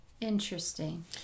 Interesting